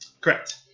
correct